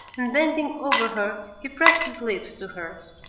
and, bending over her, he pressed his lips to hers.